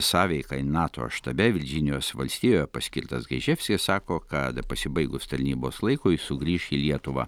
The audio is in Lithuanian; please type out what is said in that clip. sąveikai nato štabe virdžinijos valstijoje paskirtas gaiževskis sako kad pasibaigus tarnybos laikui sugrįš į lietuvą